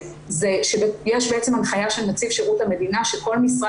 יש בעצם הנחיה של נציב שירות המדינה שכל משרד